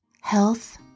health